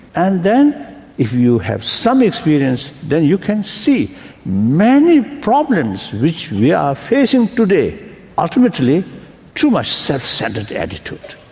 and then if you have some experience, then you can see many problems which we are facing today ultimately too much self-centred attitude,